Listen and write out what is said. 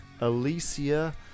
Alicia